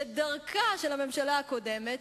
שדרכה של הממשלה הקודמת,